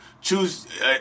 choose